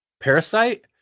parasite